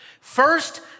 First